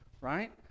right